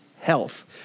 health